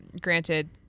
granted